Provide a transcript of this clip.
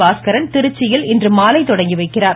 பாஸ்கரன் திருச்சியில் இன்றுமாலை தொடங்கி வைக்கிறார்